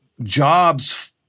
jobs